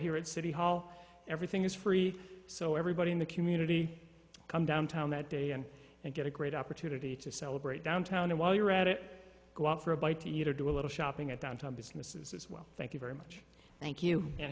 here at city hall everything is free so everybody in the community come downtown that day and and get a great opportunity to celebrate downtown and while you're at it go out for a bite to eat or do a little shopping at downtown businesses as well thank you very much thank you and